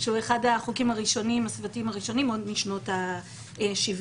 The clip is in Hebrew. שהוא אחד החוקים הסביבתיים הראשונים עוד משנות ה-70.